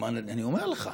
למען הדיון אני אומר לך,